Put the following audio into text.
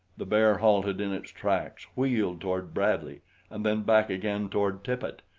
the bear halted in its tracks, wheeled toward bradley and then back again toward tippet.